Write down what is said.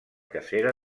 cacera